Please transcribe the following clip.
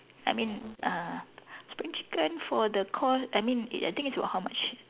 I mean uh spring chicken for the cost I mean eh I think is about how much